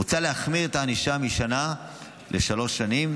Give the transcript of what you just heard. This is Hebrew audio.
מוצע להחמיר את הענישה משנה לשלוש שנים.